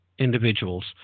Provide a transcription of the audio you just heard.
Individuals